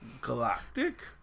Galactic